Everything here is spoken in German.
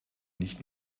nicht